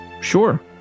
Sure